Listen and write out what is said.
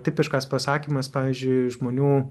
tipiškas pasakymas pavyzdžiui žmonių